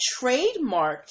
trademarked